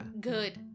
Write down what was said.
good